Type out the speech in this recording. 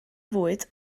fwyd